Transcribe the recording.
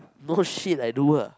no shit I do ah